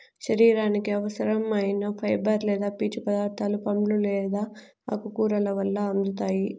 శరీరానికి అవసరం ఐన ఫైబర్ లేదా పీచు పదార్థాలు పండ్లు లేదా ఆకుకూరల వల్ల అందుతాయి